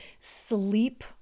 sleep